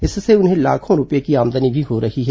इससे उन्हें लाखों रूपये की आमदनी भी हो रही है